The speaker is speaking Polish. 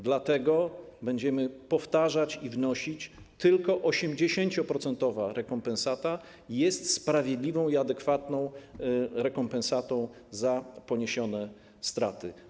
Dlatego będziemy powtarzać i wnosić: Tylko 80-procentowa rekompensata jest sprawiedliwa i adekwatna, jeżeli chodzi o poniesione straty.